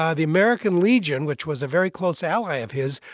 ah the american legion, which was a very close ally of his,